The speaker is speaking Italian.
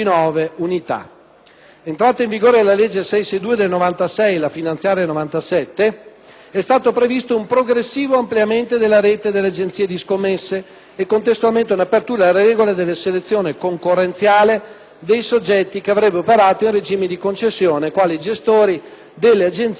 Entrata in vigore la legge n. 662 del 1996 (la legge finanziaria 1997), è stato previsto un progressivo ampliamento della rete delle agenzie di scommesse ippiche e, contestualmente, una apertura alle regole della selezione concorrenziale dei soggetti che avrebbero operato, in regime di concessione, quali gestori delle agenzie in questione.